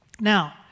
Now